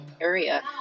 area